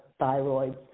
thyroids